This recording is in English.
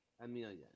Amelia